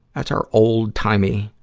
that's our old timey,